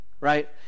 right